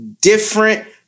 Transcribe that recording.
different